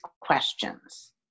questions